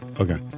Okay